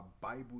Bible